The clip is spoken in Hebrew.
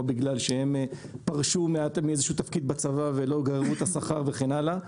בגלל שהם פרשו מאיזשהו תפקיד בצבא ולא גררו את השכר וכן הלאה,